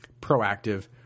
proactive